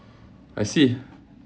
I see